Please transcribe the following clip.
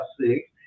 six